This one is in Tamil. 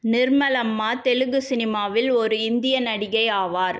நிர்மலம்மா தெலுங்கு சினிமாவில் ஒரு இந்திய நடிகை ஆவார்